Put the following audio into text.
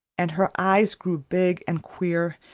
and her eyes grew big and queer,